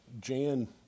Jan